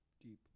Deep